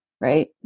right